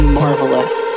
marvelous